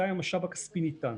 גם אם המשאב הכספי ניתן.